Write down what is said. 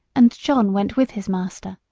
and john went with his master.